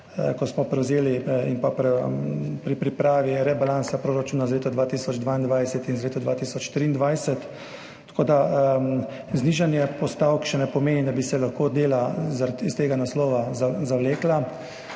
ko smo prevzeli, in pri pripravi rebalansa proračuna za leto 2022 in za leto 2023. Znižanje postavk še ne pomeni, da bi se lahko dela iz tega naslova zavlekla.